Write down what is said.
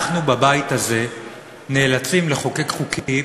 אנחנו בבית הזה נאלצים לחוקק חוקים